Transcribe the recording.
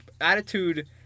attitude